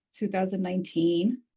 2019